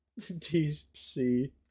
DC